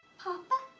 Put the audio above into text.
papa?